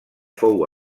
fou